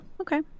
Okay